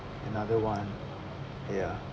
another one ya